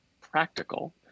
practical